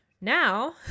now